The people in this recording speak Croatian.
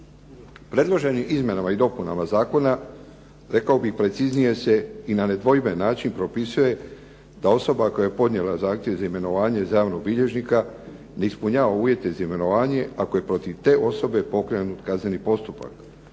Predloženim izmjenama i dopunama zakona rekao bih preciznije se i na nedvojben način propisuje da osoba koja je podnijela zahtjev za imenovanje za javnog bilježnika ne ispunjava uvjete za imenovanje ako je protiv te osobe pokrenut kazneni postupak